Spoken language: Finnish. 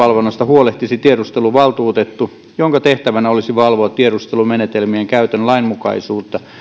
huolehtisi tiedusteluvaltuutettu jonka tehtävänä olisi valvoa tiedustelumenetelmien käytön lainmukaisuutta